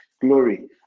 glory